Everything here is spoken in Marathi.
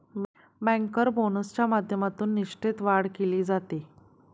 बँकर बोनसच्या माध्यमातून निष्ठेत वाढ केली जाते